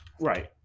Right